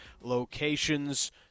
locations